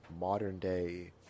modern-day